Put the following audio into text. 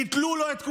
ביטלו לו את כולם: